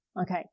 okay